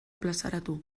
plazaratu